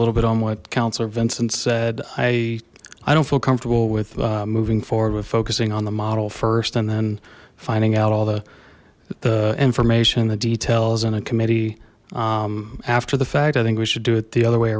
little bit on what councillor vincent said i i don't feel comfortable with moving forward with focusing on the model first and then finding out all the the information the details and a committee after the fact i think we should do it the other way